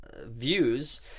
views